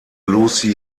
lucy